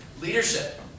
leadership